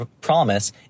promise